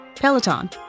Peloton